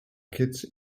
kids